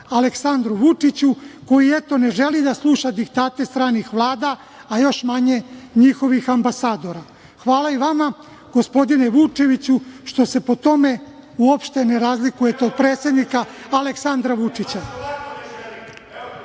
Aleksandru Vučiću koji ne želi da sluša diktate stranih vlada, a još manje njihovih ambasadora. Hvala i vama, gospodine Vučeviću, što se po tome uopšte ne razlikuje od predsednika Aleksandra